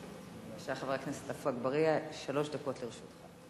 בבקשה, חבר הכנסת עפו אגבאריה, שלוש דקות לרשותך.